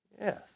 Yes